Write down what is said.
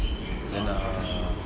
then uh